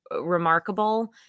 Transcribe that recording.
remarkable